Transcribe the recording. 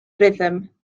rhythm